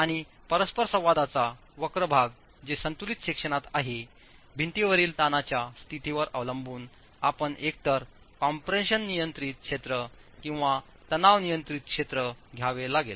आणि परस्परसंवादाचा वक्र भाग जे संतुलित सेक्शनात आहे भिंतीवरील ताणच्या स्थितीवर अवलंबून आपण एकतर कॉम्प्रेशन नियंत्रित क्षेत्र किंवा तणाव नियंत्रित क्षेत्र घ्यावे लागेल